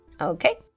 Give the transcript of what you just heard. Okay